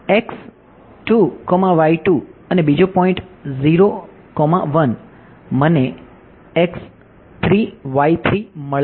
અને બીજો પોઈન્ટ મને મળે છે